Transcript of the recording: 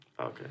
Okay